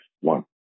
one